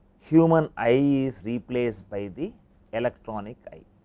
human eye is replace by the electronic eye.